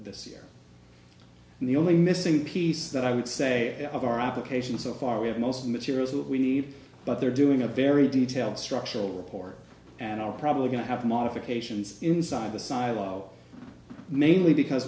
this year and the only missing piece that i would say of our application so far we have most materials that we need but they're doing a very detailed structural report and are probably going to have modifications inside the silo mainly because